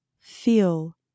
feel